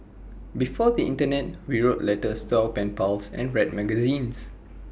before the Internet we wrote letters to our pen pals and read magazines